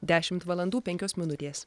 dešimt valandų penkios minutės